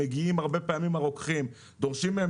הרבה פעמים מגיעים הרוקחים ודורשים מהם